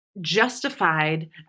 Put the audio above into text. justified